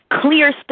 clear